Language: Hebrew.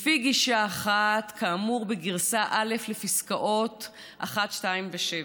לפי גישה אחת, כאמור בגרסה א' לפסקאות 1, 2 ו-7,